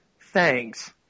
thanks